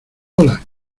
hola